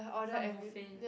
some buffet